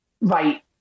Right